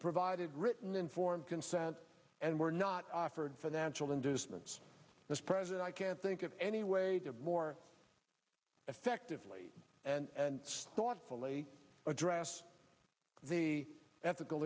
provided written informed consent and were not offered financial inducements this present i can't think of any way to more effectively and thoughtfully address the ethical